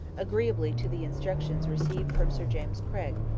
agreeably to the instructions received from sir james craig,